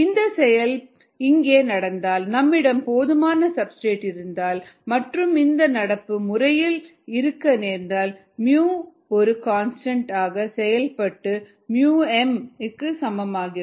இந்த செயல் இங்கே நடந்தால் நம்மிடம் போதுமான சப்ஸ்டிரேட் இருந்தால் மற்றும் இந்த நடப்பு முறையில் இருக்க நேர்ந்தால் µ ஒரு கான்ஸ்டன்ட் ஆக செயல்பட்டு µm க்கு சமமாகிறது